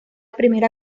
primera